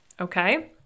Okay